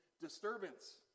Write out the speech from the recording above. disturbance